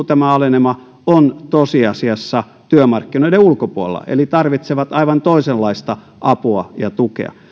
tämä alenema kohdistuu on tosiasiassa työmarkkinoiden ulkopuolella eli tarvitsee aivan toisenlaista apua ja tukea